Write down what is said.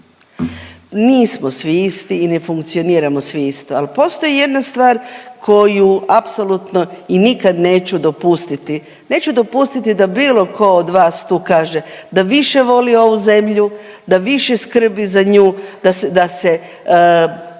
Nismo svi isti i ne funkcioniramo svi isto, al postoji jedna stvar koju apsolutno i nikad neću dopustiti. Neću dopustiti da bilo ko od vas tu kaže da više voli ovu zemlju, da više skrbi za nju, da se,